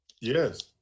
Yes